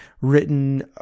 written